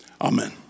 Amen